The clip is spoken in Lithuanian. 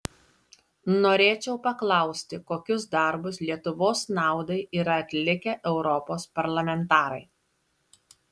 norėčiau paklausti kokius darbus lietuvos naudai yra atlikę europos parlamentarai